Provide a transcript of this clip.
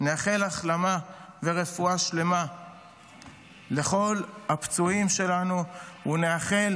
נאחל החלמה ורפואה שלמה לכל הפצועים שלנו ונאחל